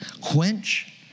quench